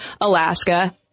Alaska